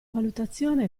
valutazione